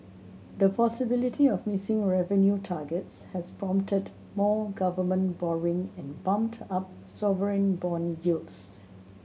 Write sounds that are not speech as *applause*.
the possibility of missing revenue targets has prompted more government borrowing and bumped up sovereign bond yields *unintelligible*